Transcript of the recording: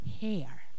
hair